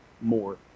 more